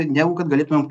negu kad galėtumėm